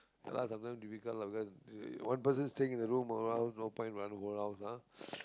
ya lah sometime difficult lah because one person staying in the room around no point wanna go round lah